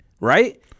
Right